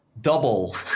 double